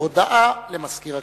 הודעה למזכיר הכנסת.